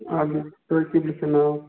اہن حظ تُہۍ تہِ لیکھِو ناو